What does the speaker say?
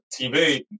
TV